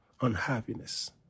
unhappiness